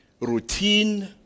routine